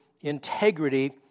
integrity